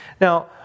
Now